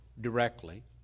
directly